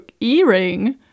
earring